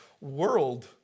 world